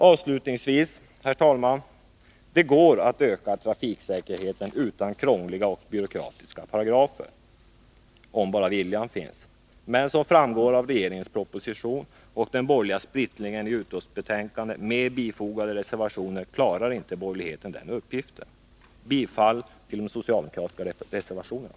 Avslutningsvis, herr talman, vill jag säga: Det går att öka trafiksäkerheten utan krångliga och byråkratiska paragrafer, om bara viljan finns, men som framgår av regeringens proposition och den borgerliga splittringen i utskottsbetänkandet med bifogade reservationer klarar inte borgerligheten den uppgiften. Jag yrkar bifall till de socialdemokratiska reservationerna.